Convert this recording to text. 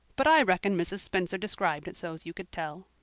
but i reckon mrs. spencer described it so's you could tell.